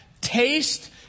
Taste